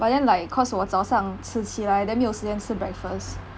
but then like cause 我早上迟起来 then 没有时间吃 breakfast